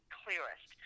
clearest